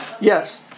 Yes